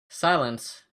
silence